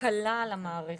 הקלה על המערכת.